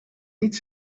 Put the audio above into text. niet